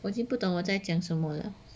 我已经不懂我在讲什么了